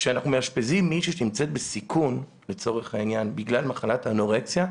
כשאנחנו מאשפזים מישהי שנמצאת בסיכון בגלל מחלת האנורקסיה,